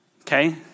Okay